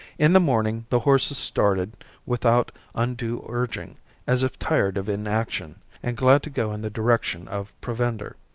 in the morning the horses started without undue urging as if tired of inaction and glad to go in the direction of provender.